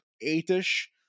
eight-ish